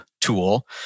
tool